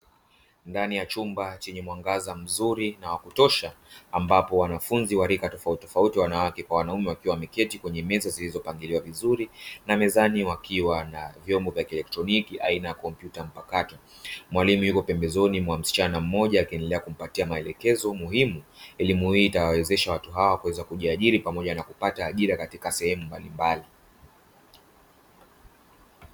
Ndani ya chumba chenye mwangaza mzuri na wakutosha, ambapo wanafunzi wa rika tofautitofauti, wanawake kwa wanaume wakiwa wameketi kwenye meza zilizopangiliwa vuzuri na mezani wakiwa na vyombo vya kielekitroniki aina ya kompyuta mpakato. Mwalimu yuko pembezoni mwa msichana mmoja akiendelea kumpatia maelekezo muhimu. Elimu hii itawawezesha watu hawa kuweza kujiajiri pamoja na kupata ajira katika sehemu mbalimbali.